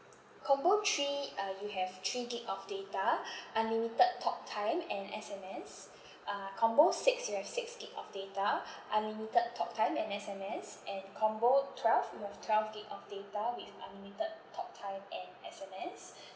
combo three uh you have three gig of data unlimited talktime and S_M_S uh combo six you have six gig of data unlimited talktime and S_M_S and combo twelve you have twelve gig of data with unlimited talktime and S_M_S